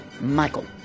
Michael